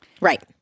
Right